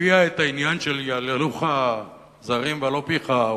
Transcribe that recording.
הביאה את העניין של "יהללוך זרים ולא פיך",